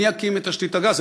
מי יקים את תשתית הגז?